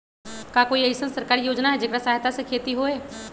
का कोई अईसन सरकारी योजना है जेकरा सहायता से खेती होय?